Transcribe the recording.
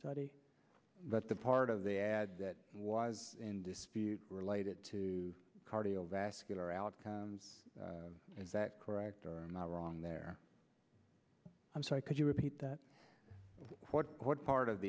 study but the part of the ad that was in dispute related to cardiovascular outcomes is that correct or wrong there i'm sorry could you repeat that what part of